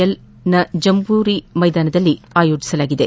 ಎಲ್ನ jamboree ಮೈದಾನದಲ್ಲಿ ಆಯೋಜಿಸಲಾಗಿದೆ